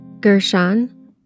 Gershon